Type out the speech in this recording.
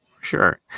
Sure